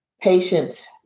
patients